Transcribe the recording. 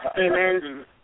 Amen